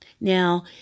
Now